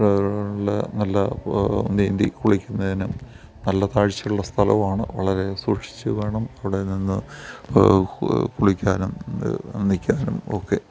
നല്ല നീന്തി കുളിക്കുന്നതിനും നല്ല താഴ്ച്ചയുള്ള സ്ഥലവുമാണ് വളരെ സൂക്ഷിച്ചു വേണം പുഴയിൽ നിന്ന് കുളിക്കാനും നിൽക്കാനും ഒക്കെ